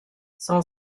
son